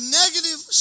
negative